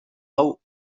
hau